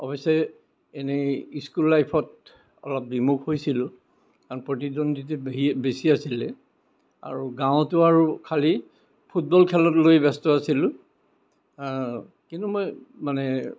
অৱশ্যে এনেই স্কুল লাইফত অলপ বিমুখ হৈছিলোঁ কাৰণ প্ৰতিদ্বন্দ্বী বেহি বেছি আছিলে আৰু গাঁৱতো আৰু খালী ফুটবল খেলক লৈ ব্যস্ত আছিলোঁ কিন্তু মই মানে